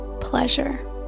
pleasure